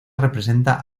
representa